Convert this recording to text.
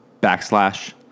backslash